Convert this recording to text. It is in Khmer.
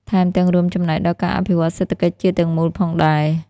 ថែមទាំងរួមចំណែកដល់ការអភិវឌ្ឍសេដ្ឋកិច្ចជាតិទាំងមូលផងដែរ។